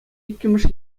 иккӗмӗш